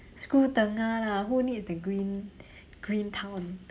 screw tengah lah who needs the green green town